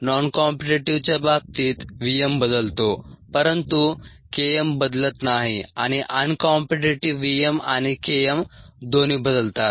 non कॉम्पीटीटीव्हच्या बाबतीत v m बदलतो परंतु K m बदलत नाही आणि अनकॉम्पीटीटीव्ह V m आणि K m दोन्ही बदलतात